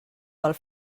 pel